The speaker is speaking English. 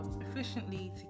efficiently